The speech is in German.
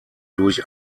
durch